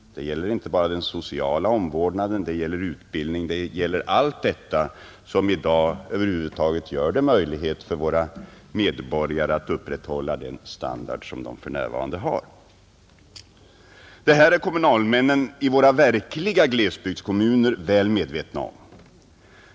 Det gäller inte bara social omvårdnad utan det gäller utbildning och allt sådant som i dag över huvud taget gör det möjligt för våra medborgare att upprätthålla den standard som de för närvarande har, Detta är kommunalmännen i våra verkliga glesbygdskommuner väl medvetna om.